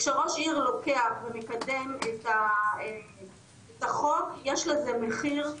כשראש עיר לוקח ומקדם את החוק יש לזה מחיר.